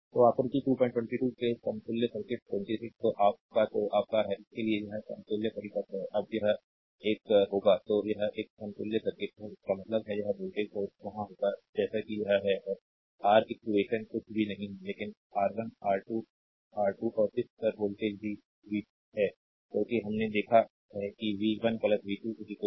संदर्भ slide time 1804 तो आकृति 222 के समतुल्य सर्किट 26 तो आप का तो आप का है इसके लिए यह समतुल्य परिपथ है अब यह एक होगा तो यह आर समतुल्य सर्किट है इसका मतलब है आर वोल्टेज सोर्स वहां होगा जैसा कि यह है और आर eq कुछ भी नहीं है लेकिन आर 1 आर 2 आर 2 है और इस पार वोल्टेज भी वी है क्योंकि हमने देखा है कि वी 1 वी 2 वी